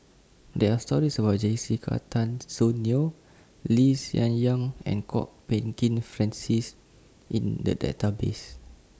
There Are stories about Jessica Tan Soon Neo Lee Hsien Yang and Kwok Peng Kin Francis in The Database